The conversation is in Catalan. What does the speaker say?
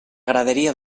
graderia